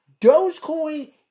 Dogecoin